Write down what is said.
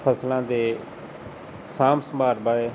ਫ਼ਸਲਾਂ ਦੇ ਸਾਂਭ ਸੰਭਾਲ ਬਾਰੇ